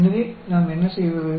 எனவே நாம் என்ன செய்வது